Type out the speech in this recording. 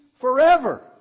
forever